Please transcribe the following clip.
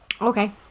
Okay